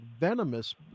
venomous